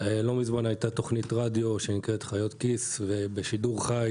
לא מזמן הייתה תוכנית רדיו שנקראת "חיות כיס" ובשידור חי